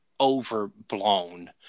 overblown